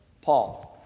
Paul